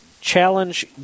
challenge